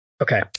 okay